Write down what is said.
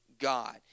God